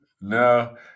No